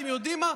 אתם יודעים מה,